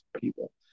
people